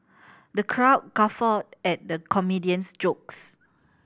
the crowd guffawed at the comedian's jokes